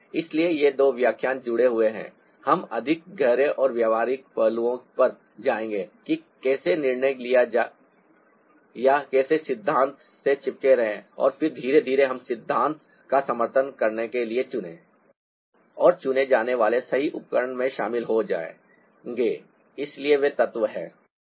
इसलिए ये दो व्याख्यान जुड़े हुए हैं हम अधिक गहरे और व्यावहारिक पहलुओं पर जाएंगे कि कैसे निर्णय लिया जाए या कैसे सिद्धांत से चिपके रहें और फिर धीरे धीरे हम सिद्धांत का समर्थन करने के लिए चुने और चुने जाने वाले सही उपकरण में शामिल हो जाएंगे इसलिए वे तत्व हैं